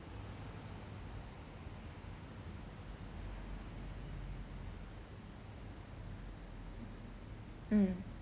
mm